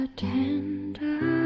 tender